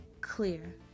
Clear